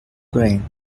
grain